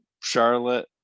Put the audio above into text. Charlotte